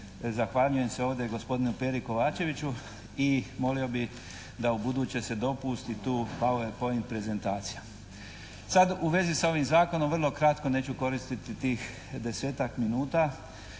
zahvaljujem se ovdje gospodinu Peri Kovačeviću i molio bih da ubuduće se dopusti tu «Power Point» prezentacija. Sad u vezi sa ovim Zakonom vrlo kratko, neću koristiti tih 10-tak minuta.